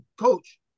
coach